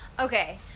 Okay